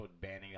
banning